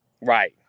Right